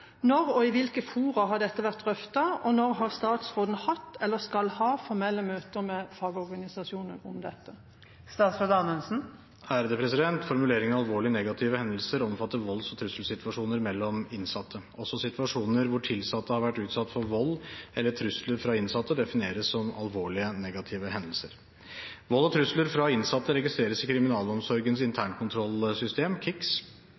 når og i hvilke fora har dette vært drøftet, og når har statsråden hatt, eller skal ha, formelle møter med fagorganisasjonene i kriminalomsorgen om dette?» Formuleringen «alvorlige negative hendelser» omfatter volds- og trusselsituasjoner mellom innsatte. Også situasjoner hvor tilsatte har vært utsatt for vold eller trusler fra innsatte, defineres som alvorlige negative hendelser. Vold og trusler fra innsatte registreres i kriminalomsorgens